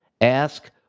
ask